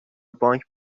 بانک